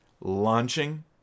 launching